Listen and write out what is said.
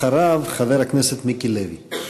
אחריו, חבר הכנסת מיקי לוי.